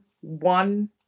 one